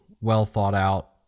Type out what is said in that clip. well-thought-out